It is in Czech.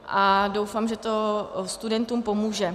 A doufám, že to studentům pomůže.